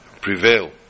prevail